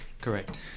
Correct